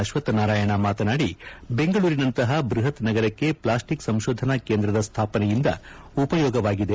ಅಶ್ವತ್ನಾರಾಯಣ ಮಾತನಾಡಿ ಬೆಂಗಳೂರಿನಂತಹ ಬೃಹತ್ ನಗರಕ್ಷೆ ಪ್ಲಾಸ್ಟಿಕ್ ಸಂಶೋಧನಾ ಕೇಂದ್ರದ ಸ್ಥಾಪನೆಯಿಂದ ಉಪಯೋಗವಾಗಿದೆ